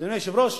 אדוני היושב-ראש,